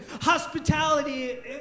hospitality